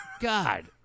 God